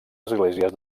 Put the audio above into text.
esglésies